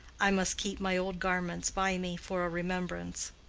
i must keep my old garments by me for a remembrance.